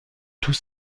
tous